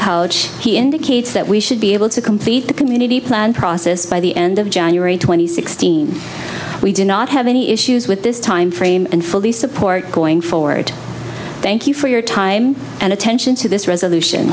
he indicates that we should be able to complete the community plan process by the end of january two thousand and sixteen we do not have any issues with this time frame and fully support going forward thank you for your time and attention to this resolution